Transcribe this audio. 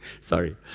Sorry